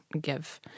give